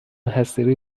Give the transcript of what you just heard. حصیری